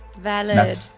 valid